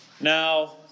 Now